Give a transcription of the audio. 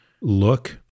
look